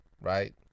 right